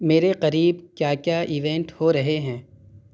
میرے قریب کیا کیا ایونٹ ہو رہے ہیں